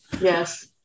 Yes